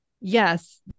yes